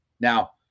Now